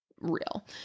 real